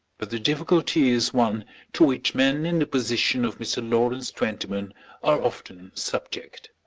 but the difficulty is one to which men in the position of mr. lawrence twentyman are often subject.